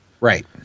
Right